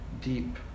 deep